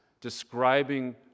describing